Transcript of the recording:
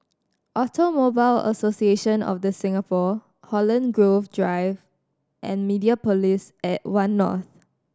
Automobile Association of The Singapore Holland Grove Drive and Mediapolis at One North